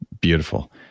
beautiful